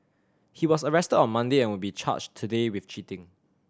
he was arrested on Monday and will be charged today with cheating